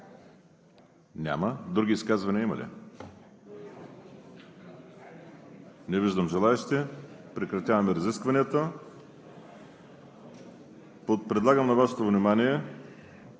Няма. Други изказвания има ли? Не виждам желаещи. Прекратяваме разискванията. Предлагам на Вашето внимание